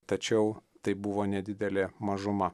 tačiau tai buvo nedidelė mažuma